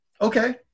Okay